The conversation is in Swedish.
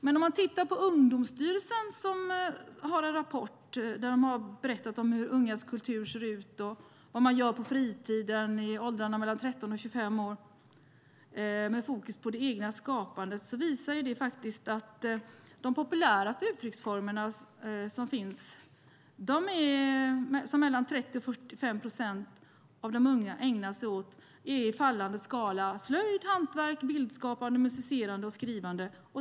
Men man kan titta på Ungdomsstyrelsens rapport där de har berättat om hur ungas kultur ser ut och vad de gör på fritiden i åldrarna 13-25 år med fokus på det egna skapandet. Den visar att de populäraste uttrycksformer som finns - som mellan 30 och 45 procent av de unga ägnar sig åt - i fallande skala är slöjd och hantverk, bildskapande, musicerande och skrivande.